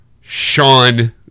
Sean